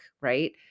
right